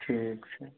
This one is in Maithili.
ठीक छै